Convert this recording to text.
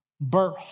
birth